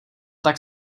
tak